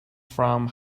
from